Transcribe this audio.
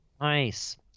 Nice